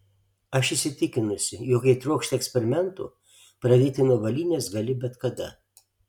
aš įsitikinusi jog jei trokšti eksperimentų pradėti nuo avalynės gali bet kada